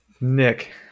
nick